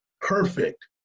Perfect